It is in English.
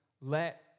let